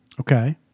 Okay